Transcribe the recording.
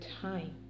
time